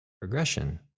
progression